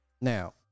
Now